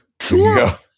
Sure